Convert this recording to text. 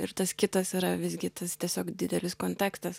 ir tas kitas yra visgi tas tiesiog didelis kontekstas